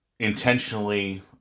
intentionally